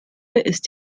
ist